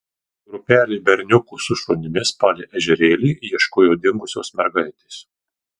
grupelė berniukų su šunimis palei ežerėlį ieškojo dingusios mergaitės